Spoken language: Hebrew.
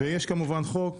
יש, כמובן חוק